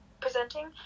Presenting